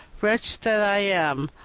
wretch that i am!